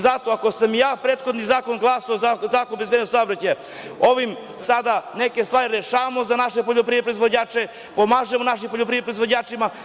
Zato, iako sam i ja glasao za prethodni Zakon o bezbednosti saobraćaja, ovim sada neke stvari rešavamo za naše poljoprivredne proizvođače, pomažemo našim poljoprivrednim proizvođačima.